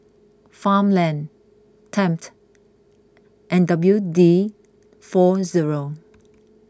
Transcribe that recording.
Farmland Tempt and W D four zero